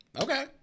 okay